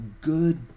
good